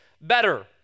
better